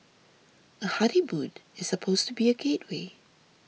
a honeymoon is supposed to be a gateway